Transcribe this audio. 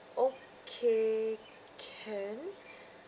okay can